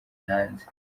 hanze